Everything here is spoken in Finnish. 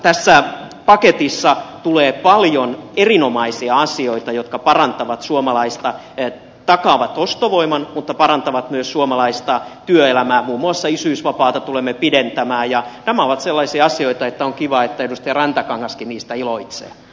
tässä paketissa tulee paljon erinomaisia asioita jotka takaavat ostovoiman mutta parantavat myös suomalaista työelämää muun muassa isyysvapaata tulemme pidentämään ja nämä ovat sellaisia asioita että on kiva että edustaja rantakangaskin niistä iloitsee